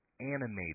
animated